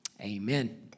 Amen